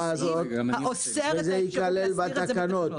את השורה הזאת וזה ייכלל בתקנות.